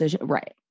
Right